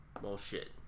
bullshit